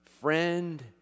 friend